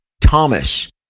Thomas